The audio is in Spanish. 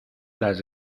las